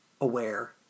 aware